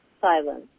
silence